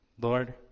Lord